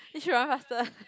eh should run faster